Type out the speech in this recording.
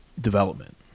development